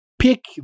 pick